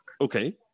Okay